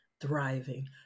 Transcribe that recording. thriving